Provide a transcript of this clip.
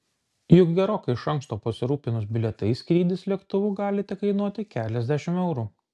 juk gerokai iš anksto pasirūpinus bilietais skrydis lėktuvu gali tekainuoti keliasdešimt eurų